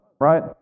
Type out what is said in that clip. right